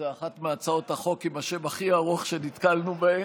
שזו אחת מהצעות החוק עם השם הכי ארוך שנתקלנו בהן.